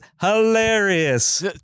hilarious